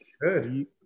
Good